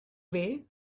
way